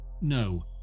No